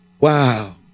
Wow